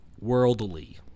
Worldly